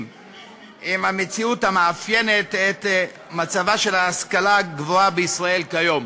עם המציאות המאפיינת את מצבה של ההשכלה הגבוהה בישראל כיום.